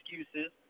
excuses